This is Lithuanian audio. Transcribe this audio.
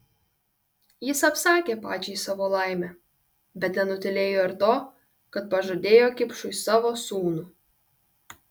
jis apsakė pačiai savo laimę bet nenutylėjo ir to kad pažadėjo kipšui savo sūnų